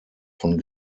von